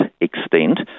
extent